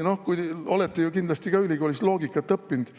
lood. Te olete ju kindlasti ülikoolis loogikat õppinud.